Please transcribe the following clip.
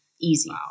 Easy